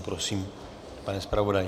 Prosím, pane zpravodaji.